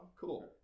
Cool